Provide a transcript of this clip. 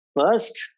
First